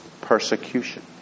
persecution